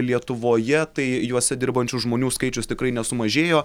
lietuvoje tai juose dirbančių žmonių skaičius tikrai nesumažėjo